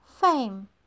Fame